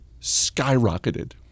skyrocketed